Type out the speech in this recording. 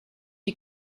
die